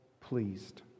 pleased